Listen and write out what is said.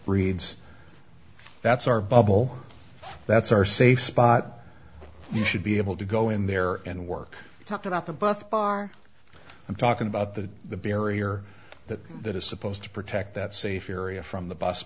that reads that's our bubble that's our safe spot you should be able to go in there and work talked about the bus bar i'm talking about the the barrier that that is supposed to protect that safe area from the bus